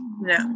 no